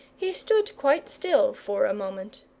he stood quite still for a moment.